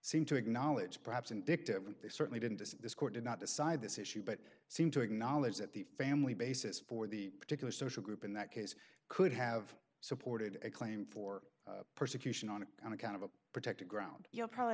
seemed to acknowledge perhaps and victims they certainly didn't as this court did not decide this issue but seem to acknowledge that the family basis for the particular social group in that case could have supported a claim for persecution on the kind of a protected ground you'll probably